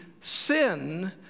sin